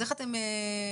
איך אתם מתקשרים,